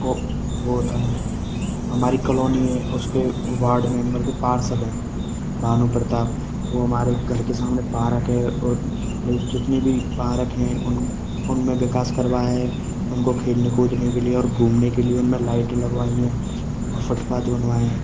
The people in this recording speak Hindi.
को वह होते हैं हमारी कलोनी है उसके वार्ड मेम्बर के पार्षद हैं भानु प्रताप वह हमारे घर के सामने पारक है और मला इ जितने भी पारक हैं उन उनमें विकास करवाया है उनको खेलने कूदने के लिए और घूमने के लिए उनमें लाइटें लगवाई हैं और फ़ुटपाथ बनवाए हैं